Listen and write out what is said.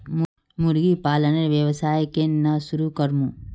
मुर्गी पालनेर व्यवसाय केन न शुरु करमु